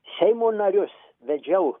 seimo narius vedžiau